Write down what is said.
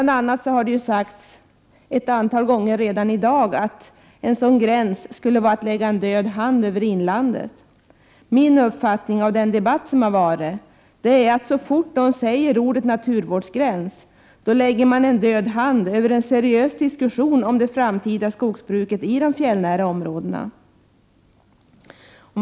Det har redan sagts ett antal gånger i dag att införandet av en sådan gräns skulle vara att lägga en död hand över inlandet. Min uppfattning av den debatt som har förts är att så fort någon säger ordet naturvårdsgräns lägger man en död hand över en seriös diskussion om det framtida skogsbruket i de fjällnära områdena.